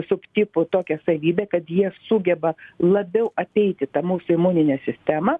subtiptų tokią savybę kad jie sugeba labiau apeiti tą mūsų imuninę sistemą